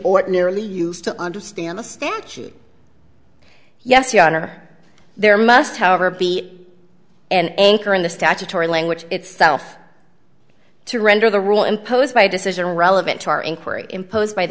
ordinarily use to understand the statute yes your honor there must however be an anchor in the statutory language itself to render the rule imposed by decision relevant to our inquiry imposed by the